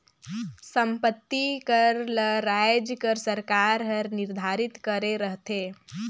संपत्ति कर ल राएज कर सरकार हर निरधारित करे रहथे